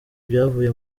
ibyavuye